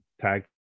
tag